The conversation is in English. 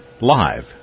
Live